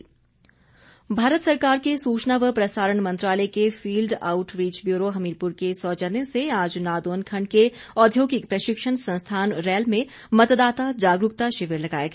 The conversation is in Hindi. आउट रीच भारत सरकार के सुचना व प्रसारण मंत्रालय के field outreach bureau Hamirpur के सौजन्य से आज नादौन खंड के औद्योगिक प्रशिक्षण संस्थान रैल में मतदाता जागरूकता शिविर लगाया गया